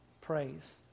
praise